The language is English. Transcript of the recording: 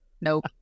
Nope